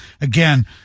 again